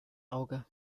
auge